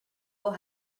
will